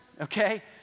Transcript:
okay